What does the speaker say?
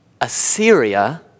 Assyria